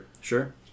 Sure